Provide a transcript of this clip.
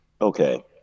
okay